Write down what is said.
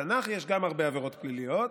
גם בתנ"ך יש הרבה עבירות פליליות.